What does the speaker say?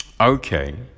Okay